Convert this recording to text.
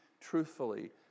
truthfully